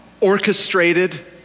orchestrated